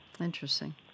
Interesting